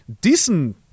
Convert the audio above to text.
Diesen